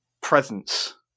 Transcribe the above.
presence